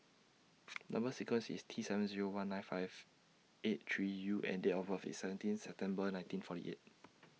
Number sequence IS T seven Zero one nine five eight three U and Date of birth IS seventeen September nineteen forty eight